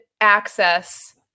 access